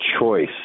choice